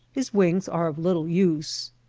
his wings are of little use.